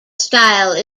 style